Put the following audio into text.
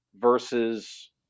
versus